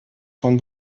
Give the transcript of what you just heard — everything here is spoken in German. von